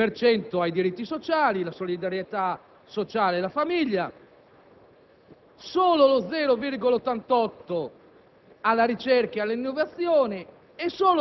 destinato ai diritti sociali, la solidarietà sociale e la famiglia,